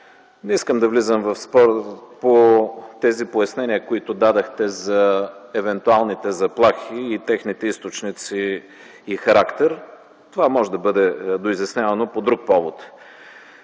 Не искам да влизам в спор за поясненията, които дадохте, за евентуални заплахи, техните източници и характер – това може да бъде доизяснявано по друг повод.